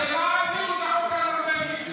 הרי למה העבירו את החוק הנורבגי?